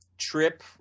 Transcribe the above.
trip